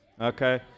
Okay